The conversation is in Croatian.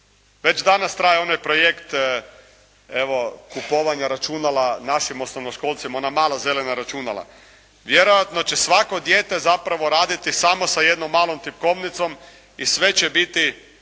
Već danas traje onaj projekt kupovanja računala našim osnovnoškolcima, ona mala zelena računala. Vjerojatno će svako dijete zapravo raditi samo sa jednom malom tipkovnicom i sve će biti